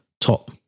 top